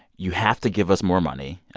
you have to give us more money.